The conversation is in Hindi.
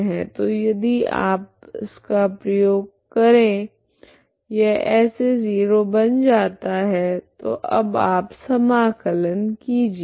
तो यदि आप इसका प्रयोग करे यह ऐसे 0 बन जाता है तो अब आप समाकलन कीजिए